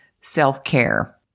self-care